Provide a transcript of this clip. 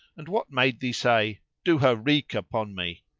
and what made thee say do her wreak upon me?